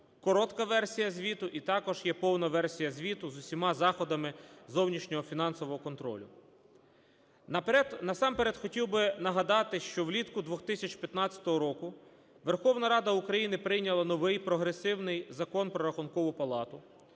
Коротка версія звіту, і також є повна версія звіту з усіма заходами зовнішнього фінансового контролю. Насамперед хотів би нагадати, що влітку 2015 року Верховна Рада України прийняла новий, прогресивний Закон "Про Рахункову палату".